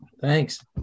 Thanks